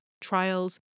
trials